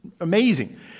amazing